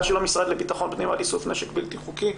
של המשרד לביטחון הפנים על איסוף נשק בלתי חוקי,